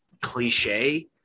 cliche